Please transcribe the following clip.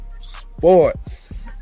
sports